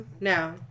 No